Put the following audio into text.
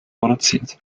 produziert